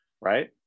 right